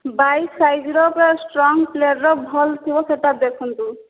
ବାଇଶ ସାଇଜ୍ ର ପୂରା ଷ୍ଟ୍ରଙ୍ଗ୍ ପ୍ଲେଟ୍ ର ଭଲ୍ ଥିବ ସେଟା ଦେଖନ୍ତୁ